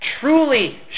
truly